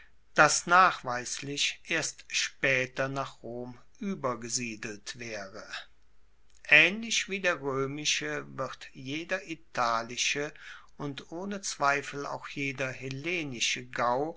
das nachweislich erst spaeter nach rom uebergesiedelt waere aehnlich wie der roemische wird jeder italische und ohne zweifel auch jeder hellenische gau